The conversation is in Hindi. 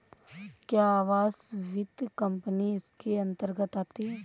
क्या आवास वित्त कंपनी इसके अन्तर्गत आती है?